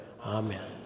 Amen